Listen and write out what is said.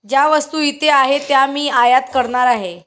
ज्या वस्तू इथे आहेत त्या मी आयात करणार आहे